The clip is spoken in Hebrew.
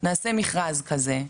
נעשה מכרז כזה.